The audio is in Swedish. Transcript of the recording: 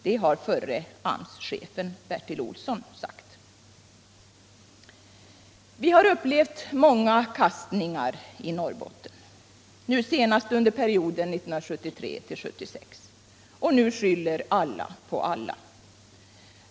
Det har förre AMS-chefen Bertil Olsson sagt. Vi har upplevt många kastningar i Norrbotten, senast under perioden 1973-1976. Och nu skyller alla på alla.